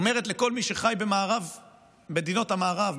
אומרת לכל מי שחי במדינות המערב,